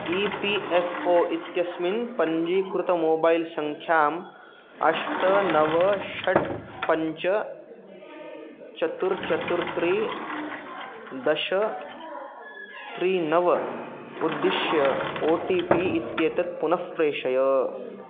E P F O इत्यस्मिन् पञ्जीकृत mobile सङ्ख्याम् अष्ट नव षट् पञ्च चतुर् चतुर् त्रीणि दश त्रीणि नव उद्दिश्य ओ टि पि इत्येतत् पुनः प्रेषय